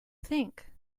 think